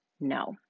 No